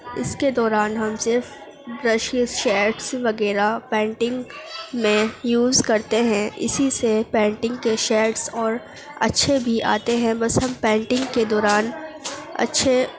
اس کے دوران ہم صرف برشیز شیڈس وغیرہ پینٹنگ میں یوز کرتے ہیں اسی سے پینٹنگ کے شیڈس اور اچھے بھی آتے ہیں بس ہم پینٹنگ کے دوران اچھے